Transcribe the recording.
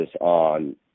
on